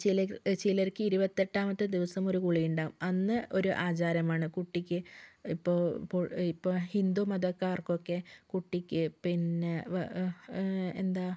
ചില ചിലർക്ക് ഇരുപത്തെട്ടാമത്തെ ദിവസം ഒരു കുളി ഉണ്ടാകും അന്ന് ഒരു ആചാരമാണ് കുട്ടിക്ക് ഇപ്പം ഇപ്പോൾ ഇപ്പം ഹിന്ദു മതകാർക്കൊക്കെ കുട്ടിക്ക് പിന്നെ എന്താ